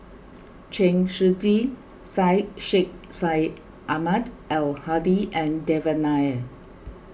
Chen Shiji Syed Sheikh Syed Ahmad Al Hadi and Devan Nair